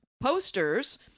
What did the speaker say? posters